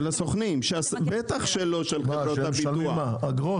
על זה שהם משלמים אגרות?